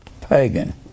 pagan